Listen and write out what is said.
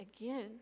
again